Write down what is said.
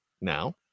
Now